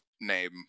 name